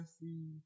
See